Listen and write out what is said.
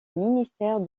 ministère